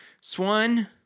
Swan